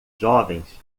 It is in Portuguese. jovens